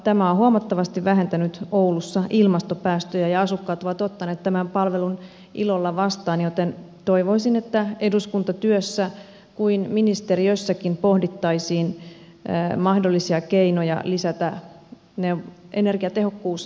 tämä on huomattavasti vähentänyt oulussa ilmastopäästöjä ja asukkaat ovat ottaneet tämän palvelun ilolla vastaan joten toivoisin että niin eduskuntatyössä kuin ministeriössäkin pohdittaisiin mahdollisia keinoja lisätä energiatehokkuusneuvontaa